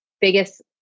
biggest